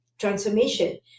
transformation